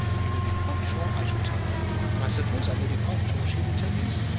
you may be quite sure i shall tell her and, i suppose, i may be quite sure she will tell you.